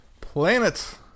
Planets